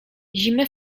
zimy